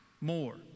more